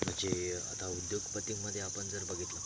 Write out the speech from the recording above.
म्हणजे आता उद्योगपतीमध्ये आपण जर बघितलं